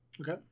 Okay